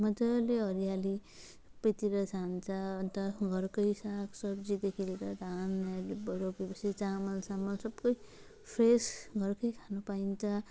मजाले हरियाली सबैतिर जान्छ अन्त घरकै सागसब्जीदेखि लिएर धान अब रोपेपछि चामलसामल सबै फ्रेस घरकै खान पाइन्छ